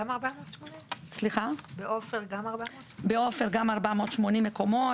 בעופר גם 480 מקומות,